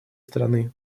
страны